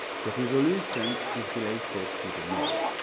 so resolution is related to the noise.